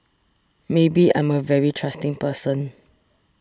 maybe I'm a very trusting person